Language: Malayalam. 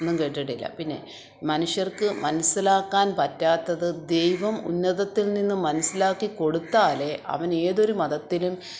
ഒന്നും കേട്ടിട്ടില്ല പിന്നെ മനുഷ്യർക്ക് മനസിലാക്കാൻ പറ്റാത്തത് ദൈവം ഉന്നതത്തിൽ നിന്നും മനസിലാക്കി കൊടുത്താലേ അവനു ഏതൊരു മതത്തിലും